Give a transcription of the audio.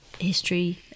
history